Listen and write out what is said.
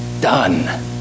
done